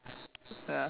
ya